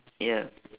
ya